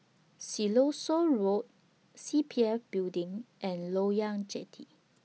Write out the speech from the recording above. Siloso Road C P F Building and Loyang Jetty